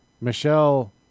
Michelle